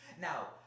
Now